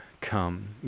come